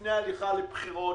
לפני הליכה לבחירות,